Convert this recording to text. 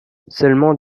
seulement